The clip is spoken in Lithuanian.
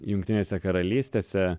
jungtinėse karalystėse